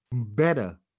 better